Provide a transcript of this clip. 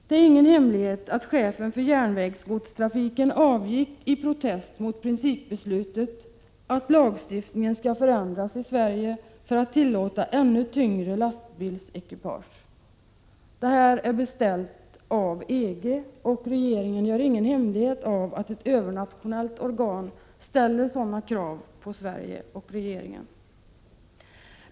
Det är ingen hemlighet att chefen för järnvägsgodstrafiken avgick i protest mot principbeslutet att den svenska lagstiftningen skall förändras för att tillåta ännu tyngre lastbilsekipage. Det här är beställt av EG, och regeringen gör ingen hemlighet av att ett övernationellt organ ställer sådana krav på Sverige och den svenska regeringen.